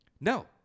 No